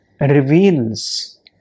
reveals